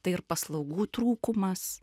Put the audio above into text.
tai ir paslaugų trūkumas